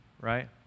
right